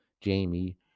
Jamie